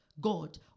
God